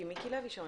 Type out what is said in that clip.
כי מיקי לוי שם.